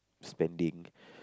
spending